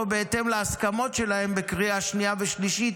בהתאם להסכמות שלהם בקריאה השנייה והשלישית,